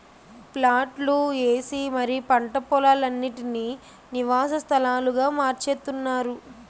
ప్లాట్లు ఏసి మరీ పంట పోలాలన్నిటీనీ నివాస స్థలాలుగా మార్చేత్తున్నారు